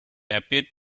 appeared